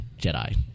Jedi